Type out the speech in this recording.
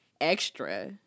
extra